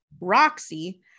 Roxy